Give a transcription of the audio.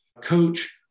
coach